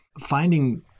finding